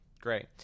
Great